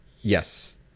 Yes